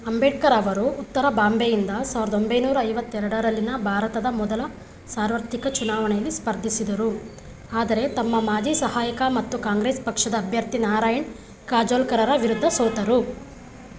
ಅಂಬೇಡ್ಕರ್ ಅವರು ಉತ್ತರ ಬಾಂಬೆಯಿಂದ ಸಾವ್ರ್ದ ಒಂಬೈನೂರ ಐವತ್ತು ಎರಡರಲ್ಲಿನ ಭಾರತದ ಮೊದಲ ಸಾರ್ವತ್ರಿಕ ಚುನಾವಣೆಯಲ್ಲಿ ಸ್ಪರ್ಧಿಸಿದರು ಆದರೆ ತಮ್ಮ ಮಾಜಿ ಸಹಾಯಕ ಮತ್ತು ಕಾಂಗ್ರೆಸ್ ಪಕ್ಷದ ಅಭ್ಯರ್ಥಿ ನಾರಾಯಣ್ ಕಾಜೋಲ್ಕರರ ವಿರುದ್ಧ ಸೋತರು